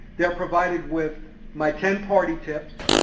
they're provided with my ten party tips,